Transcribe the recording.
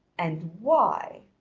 and why?